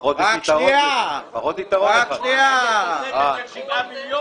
יש פחות שרים בממשלה מפני שראש הממשלה הוא גם שר הביטחון.